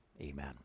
Amen